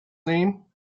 name